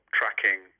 tracking